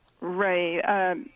Right